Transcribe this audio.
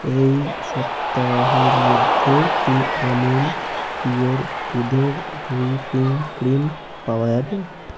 এই সপ্তাহের মধ্যে কি আমুল পিওর দুধের হুইপিং ক্রিম পাওয়া যাবে